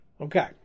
okay